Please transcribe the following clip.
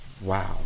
Wow